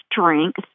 strength